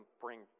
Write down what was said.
bring